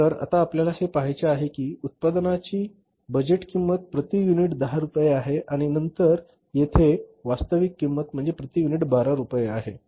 तर आता आपल्याला हे पहायचे आहे की उत्पादनाची बजेट किंमत प्रति युनिट 10 रुपये आहे आणि नंतर येथे वास्तविक किंमत म्हणजे प्रति युनिट 12 रुपये आहे